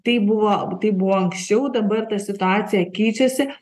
tai buvo tai buvo anksčiau dabar ta situacija keičiasi